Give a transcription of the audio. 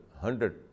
hundred